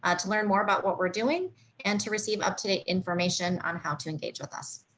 ah to learn more about what we're doing and to receive up to date information on how to engage with us.